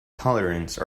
tolerance